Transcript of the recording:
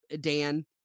Dan